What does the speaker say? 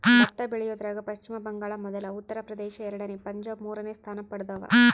ಭತ್ತ ಬೆಳಿಯೋದ್ರಾಗ ಪಚ್ಚಿಮ ಬಂಗಾಳ ಮೊದಲ ಉತ್ತರ ಪ್ರದೇಶ ಎರಡನೇ ಪಂಜಾಬ್ ಮೂರನೇ ಸ್ಥಾನ ಪಡ್ದವ